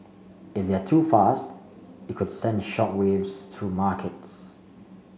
if they're too fast it could send shock waves through markets